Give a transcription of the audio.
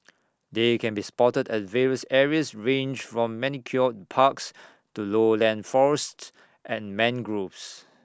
they can be spotted at various areas ranged from manicured parks to lowland forests and mangroves